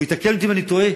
והוא יתקן אותי אם אני טועה,